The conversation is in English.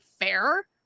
fair